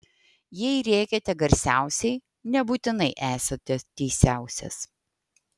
jei rėkiate garsiausiai nebūtinai esate teisiausias